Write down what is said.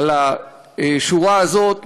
בשורה הזאת,